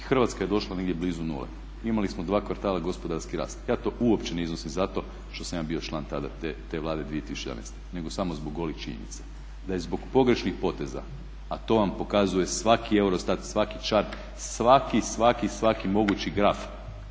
Hrvatska je došla negdje blizu nule. Imali smo dva kvartala gospodarski rast. Ja to uopće ne iznosim zato što sam ja bio član tada te Vlade 2011. nego samo zbog golih činjenica da je zbog pogrešnih poteza, a to vam pokazuje svaki EUROSTAT i svaki …, svaki, svaki, svaki mogući graf,